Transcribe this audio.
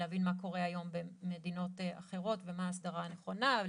להבין מה קורה היום במדינות אחרות ומה ההסדרה הנכונה,